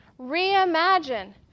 reimagine